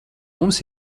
mums